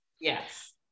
Yes